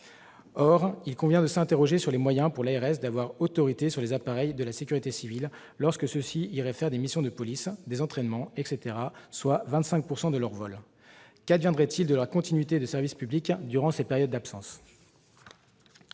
Or il convient de s'interroger sur les moyens pour l'ARS d'avoir autorité sur les appareils de la sécurité civile lorsque ceux-ci concourraient à des missions de police ou à des entraînements, soit 25 % de leurs vols. Qu'adviendrait-il de la continuité du service public durant ces périodes d'absence ?